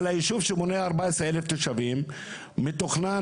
על ישוב שמונה 14,000 תושבים ומתוכנן